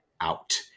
out